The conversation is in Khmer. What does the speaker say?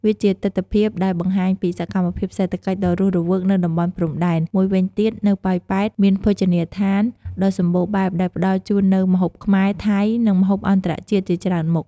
វាជាទិដ្ឋភាពដែលបង្ហាញពីសកម្មភាពសេដ្ឋកិច្ចដ៏រស់រវើកនៅតំបន់ព្រំដែន មួយវិញទៀតនៅប៉ោយប៉ែត មាន ភោជនីយដ្ឋាន ដ៏សម្បូរបែបដែលផ្តល់ជូននូវម្ហូបខ្មែរ ថៃ និងម្ហូបអន្តរជាតិជាច្រើនមុខ។